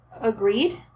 Agreed